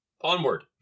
Onward